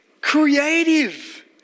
creative